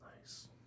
Nice